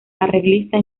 arreglista